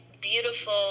beautiful